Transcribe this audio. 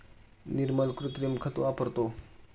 निर्मल कृत्रिम खत वापरतो